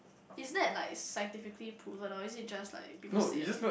is there like scientifically proven or is it just like people said one